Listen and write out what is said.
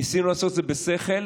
ניסינו לעשות זה בשכל,